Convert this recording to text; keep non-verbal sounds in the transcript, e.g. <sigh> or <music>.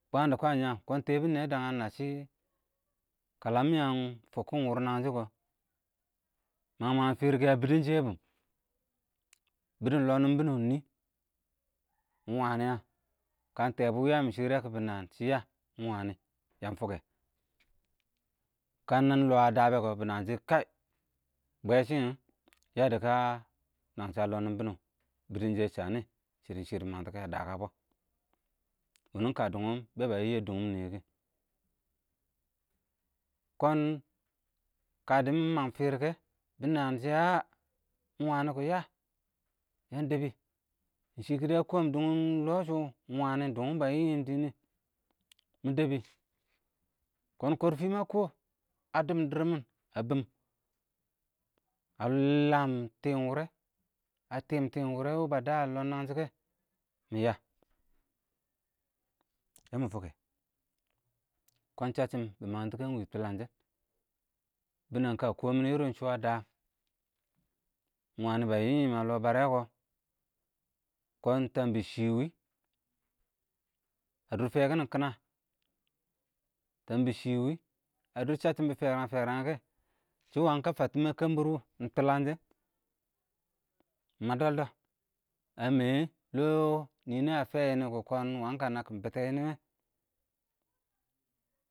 bwən dɪ kwən yəəm, kɔɔn tɛbɪn nɪyɛ dəng ə nə shɪ, kələm yəən fʊkkʊn wʊr nəngshɪ kɔ, məng-məng fɪrɪkɪ ə bɪdʊn shɪyɛ bʊʊn, bɪdʊn ɪng lɔɔ nɪn bɪnɪ ɪngnɪɪ? <noise> ɪng wənɪ ɪng yə, kən ɪng tɛbʊn wɪ ə yɪm shɪr kɔ bɪ nən shɪ yəə ɪng wənɪ yəən fʊkɛ, <noise> kəən ɪng nə lɔɔ ə də bɔ kɔɔ bɪ nən shɪ kəɪ bwɛ shɪ yədɛ kə nəngshɪ ə lɔɔ nɪn bɪnɪ bɪdɪn shɪyɛ shənɪ, shɪ dɪ shɪ dɪ məng tɔ ə də bɔ wʊnʊ ɪng kə dʊn wɪ bɛ bə yɪ ə dʉn wɪnɪ wɪ kɪ, kɔɔn kə dɪn ɪng məng fɪrɪ kɛ, ənan kʊ əh ɪn wənɪ kʊ yəə, yəən dɛbɪ ɪng shɪkɪdɪ ə kɔɔm dʊng ɪng lɔɔ shʉ ɪng wənɪ, dʊng bə yɪ yɪm dɪn yɛ dɪn dəbɪ, kɔɔn kɔrfɪ mə kɔɔm ə dʊm dɪr mɪn ə bɪɪm ə ləəm tɪɪn ɪng wʊrɛ ə ləəm tɪm wʊrɛ wʊ bə dəə ə lɔɔ nəngshɪ kɛ, mɪ yəə, yɛ mɪ fʊkɛ kɔɔn səcchɪm bɪ məngto kɛ ɪng wɪ tʊləngshɛ bɪnɛng kə kɔɔ ɪrɪn shɔ wɪnʊ ə dəə ɪng wənɪ bə yɪɪ yɪɪm ə lɔɔ bərɛ kɔ, kɔɔn tɛn bɪ shɪ wɪɪ, ə dʊr fɛkɪn kɪnə, təəm bɪ shɪ wɪɪ, ə dʊr səcchɪm bɪ fɛrən-fɛrən kɛ, shɪ wəng kə fəttɪmɛ kənbɪr wʊ, ɪng tʊləngshɪn, <noise> mə dol dɔ ə mɛɛ lɔɔ kɔ nɪnɪ ə fɪyə nɔ wʊkɔ kɔmɪn ɪng wəən kə nə kɪn ɪng bɪtɛ nɔnɪ ɪng yə. <noise>